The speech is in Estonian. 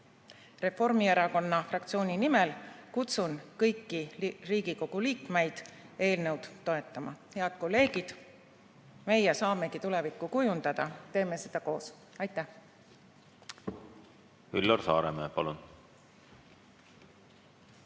Reformierakonna fraktsiooni nimel kutsun kõiki Riigikogu liikmeid eelnõu toetama! Head kolleegid, meie saamegi tulevikku kujundada. Teeme seda koos! Aitäh! Lugupeetud